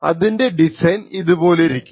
അതിൻറെ ഡിസൈൻ ഇതുപോലിരിക്കും